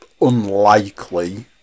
Unlikely